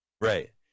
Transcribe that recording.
Right